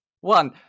one